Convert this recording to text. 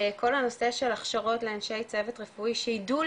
כל הנושא של הכשרות לאנשי צוות רפואי שיידעו